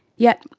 yet,